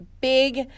big